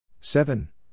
Seven